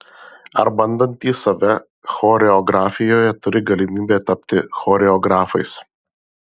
ar bandantys save choreografijoje turi galimybę tapti choreografais